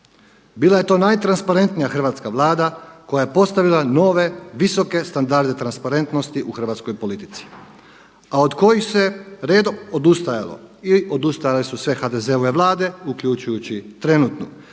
Bila je to najtransparentnija hrvatska vlada koja je postavila nove visoke standarde transparentnosti u hrvatskoj politici, a od kojih se redom odustajalo i odustajale su sve HDZ-ove vlade uključujući trenutnu